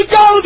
go